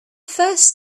first